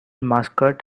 mascot